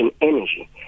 energy